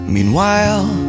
Meanwhile